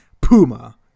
Puma